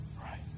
right